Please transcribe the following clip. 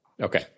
Okay